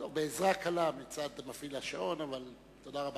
טוב, בעזרה קלה מצד מפעיל השעון, אבל תודה רבה.